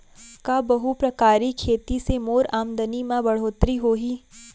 का बहुप्रकारिय खेती से मोर आमदनी म बढ़होत्तरी होही?